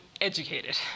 educated